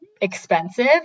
expensive